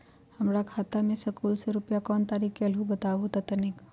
हमर खाता में सकलू से रूपया कोन तारीक के अलऊह बताहु त तनिक?